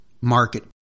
market